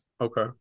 Okay